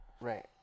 Right